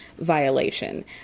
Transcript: violation